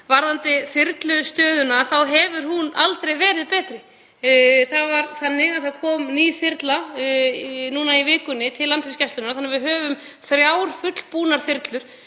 Varðandi þyrlustöðuna þá hefur hún aldrei verið betri. Það kom ný þyrla í vikunni til Landhelgisgæslunnar þannig að við höfum þrjár fullbúnar þyrlur